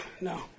no